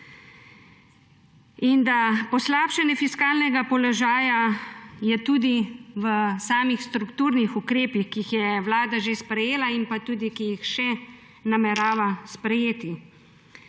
in da je poslabšanje fiskalnega položaja tudi v samih strukturnih ukrepih, ki jih je Vlada že sprejela in ki jih tudi še namerava sprejeti.